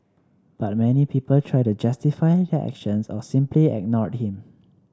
but many people try to justify their actions or simply ignored him